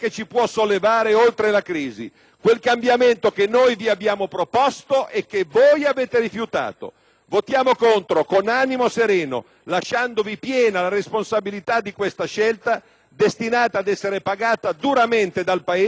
Votiamo contro con animo sereno, lasciandovi piena la responsabilità di questa scelta destinata ad essere pagata duramente dal Paese e dalla componente più debole del nostro popolo.